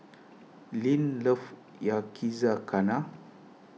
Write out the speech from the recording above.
Leanne loves Yakizakana